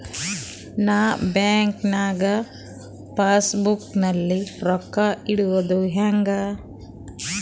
ನಾ ಬ್ಯಾಂಕ್ ನಾಗ passbook ನಲ್ಲಿ ರೊಕ್ಕ ಇಡುದು ಹ್ಯಾಂಗ್?